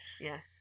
Yes